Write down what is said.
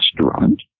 restaurant